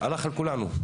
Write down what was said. הלך על כולנו.